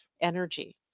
energy